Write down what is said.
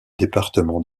département